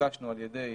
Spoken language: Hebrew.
נתבקשנו על ידי